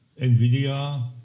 Nvidia